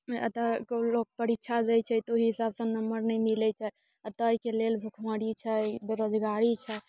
अतऽ कऽ लोक परीक्षा दै छै तऽ ओहि हिसाबसँ नम्बर नहि मिलैत छै अतऽ एहिके लेल भुखमरी छै बेरोजगारी छै